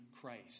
Christ